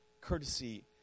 Courtesy